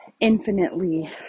infinitely